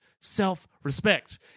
self-respect